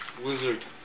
Wizard